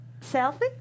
Selfie